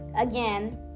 Again